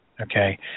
okay